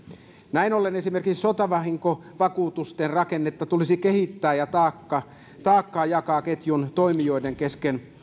näin ollen esimerkiksi satovahinkovakuutusten rakennetta tulisi kehittää ja taakkaa taakkaa jakaa ketjun toimijoiden kesken